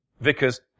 Vickers